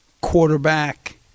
quarterback